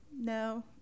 No